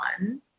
one